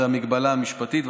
זו המגבלה המשפטית,